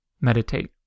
meditate